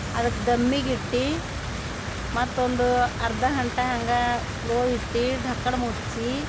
ಅದಕ್ಕೆ ದಮ್ಮಿಗೆ ಇಟ್ಟು ಮತ್ತೊಂದು ಅರ್ಧ ಗಂಟೆ ಹಂಗೆ ಸ್ಲೋ ಇಟ್ಟು ಡಕ್ಕನ್ ಮುಚ್ಚಿ